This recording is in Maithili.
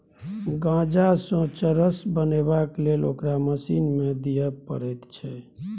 गांजासँ चरस बनेबाक लेल ओकरा मशीन मे दिए पड़ैत छै